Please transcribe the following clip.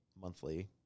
monthly